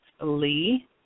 Lee